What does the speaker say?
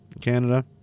Canada